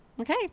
Okay